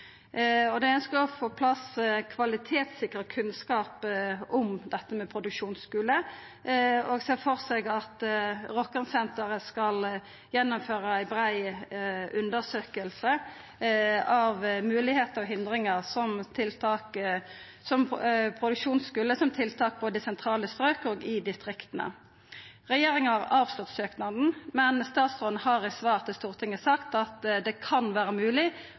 få på plass kvalitetssikra kunnskap om dette med produksjonsskule og ser for seg at Rokkansenteret skal gjennomføra ei brei undersøking av moglegheiter og hinder for produksjonsskule som tiltak i både sentrale strøk og distrikta. Regjeringa har avslått søknaden, men statsråden har i svar til Stortinget sagt at det kan vera